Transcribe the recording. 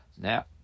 Now